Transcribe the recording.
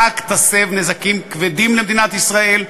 רק תסב נזקים כבדים למדינת ישראל,